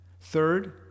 Third